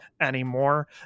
anymore